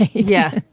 yeah,